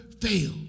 fail